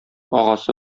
агасы